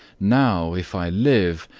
now, if i live,